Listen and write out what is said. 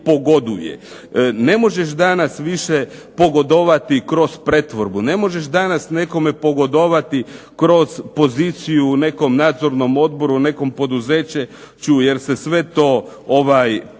Ne možeš danas više pogodovati kroz pretvorbu, ne možeš danas nekome pogodovati kroz poziciju u nekom nadzornom odboru u nekom poduzeću jer se sve to prati,